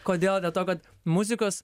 kodėl dėl to kad muzikos